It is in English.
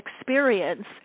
experience